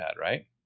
right